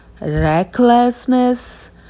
Recklessness